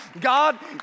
God